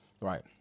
Right